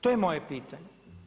To je moje pitanje.